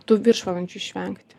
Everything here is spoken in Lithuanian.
tų viršvalandžių išvengti